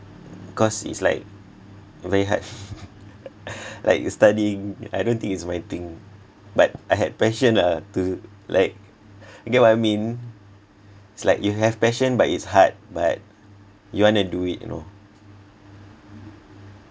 cause it's like very hard like studying I don't think it's my thing but I had passion ah to like you get what I mean it's like you have passion but it's hard but you wanna do it you know